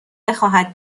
بخواهد